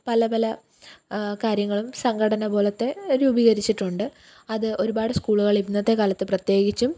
പലപല കാര്യങ്ങളും സംഘടന പോലത്തെ രൂപീകരിച്ചിട്ടുണ്ട് അത് ഒരുപാട് സ്കൂളുകൾ ഇന്നത്തെ കാലത്ത് പ്രത്യേകിച്ചും